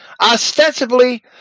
ostensibly